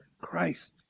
Christ